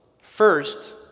First